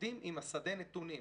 עובדים עם שדה נתונים.